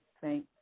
thank